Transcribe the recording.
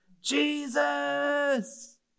Jesus